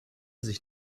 sich